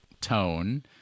Tone